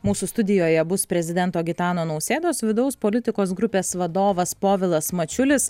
mūsų studijoje bus prezidento gitano nausėdos vidaus politikos grupės vadovas povilas mačiulis